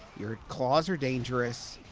your claws are dangerous,